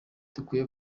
dukwiye